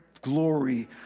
glory